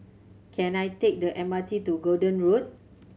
can I take the M R T to Gordon Road